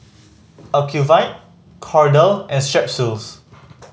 Ocuvite Kordel and Strepsils